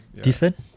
decent